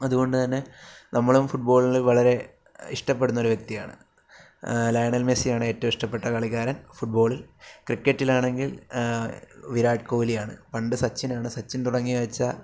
അതുകൊണ്ടുതന്നെ നമ്മളും ഫുട്ബോളിനെ വളരെ ഇഷ്ടപ്പെടുന്നൊരു വ്യക്തിയാണ് ലയണൽ മെസ്സിയാണ് ഏറ്റവും ഇഷ്ടപ്പെട്ട കളിക്കാരൻ ഫുട്ബോളിൽ ക്രിക്കറ്റിലാണെങ്കിൽ വിരാട് കോലിയാണ് പണ്ട് സച്ചിനാണ് സച്ചിൻ തുടങ്ങിവച്ച